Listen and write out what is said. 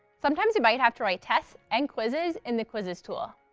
sometimes you might have to write tests and quizzes in the quizzes tool.